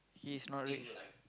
his knowledge